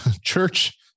church